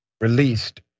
released